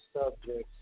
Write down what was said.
subjects